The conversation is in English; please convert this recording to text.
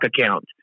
account